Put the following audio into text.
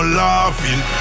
laughing